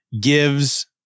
gives